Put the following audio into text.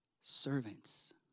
servants